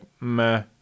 meh